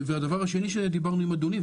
והדבר השני שדיברנו עם אדוני,